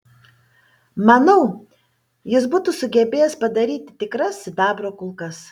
manau jis būtų sugebėjęs padaryti tikras sidabro kulkas